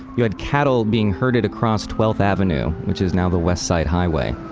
you had cattle being herded across twelfth avenue, which is now the west side highway.